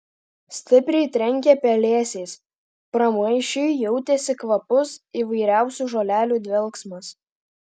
stipriai trenkė pelėsiais pramaišiui jautėsi kvapus įvairiausių žolelių dvelksmas